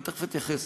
ואני תכף אתייחס.